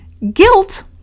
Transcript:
Guilt